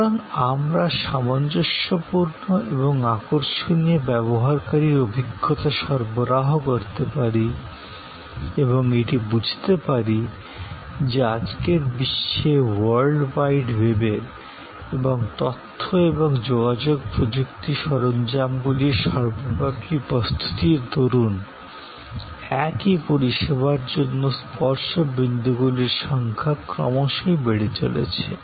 সুতরাং আমরা সামঞ্জস্যপূর্ণ এবং আকর্ষণীয় ব্যবহারকারীর অভিজ্ঞতা সরবরাহ করতে পারি এবং এটি বুঝতে পারি যে আজকের বিশ্বে ওয়ার্ল্ড ওয়াইড ওয়েবের এবং তথ্য এবং যোগাযোগ প্রযুক্তি সরঞ্জামগুলির সর্বব্যাপী উপস্থিতির দরুন একই পরিষেবার জন্য স্পর্শ বিন্দুগুলির সংখ্যা ক্রমশ বেড়েই চলেছে